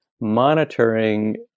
monitoring